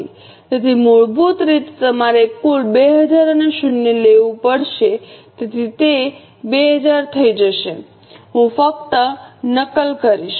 તેથી મૂળભૂત રીતે તમારે કુલ 2000 અને શૂન્ય લેવું પડશે તેથી તે 2000 થઈ જશે હું ફક્ત નકલ કરીશ